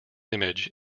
image